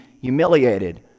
humiliated